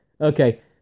Okay